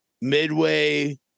midway